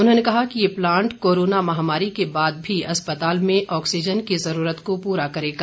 उन्होंने कहा कि ये प्लांट कोरोना महामारी के बाद भी अस्पताल में ऑक्सीजन की जरूरत को पूरा करेगा